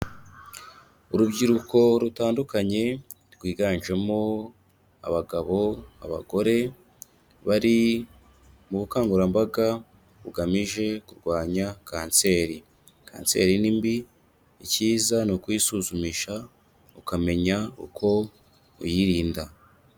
Urubyiruko rutandukanye rwiganjemo abagabo, abagore bari mu bukangurambaga bugamije kurwanya kanseri. Kanseri ni mbi, icyiza ni ukuyisuzumisha ukamenya uko uyirinda.